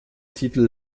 titel